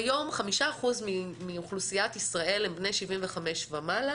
כיום 5% מאוכלוסיית ישראל הם בני 75 ומעלה,